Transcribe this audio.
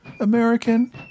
American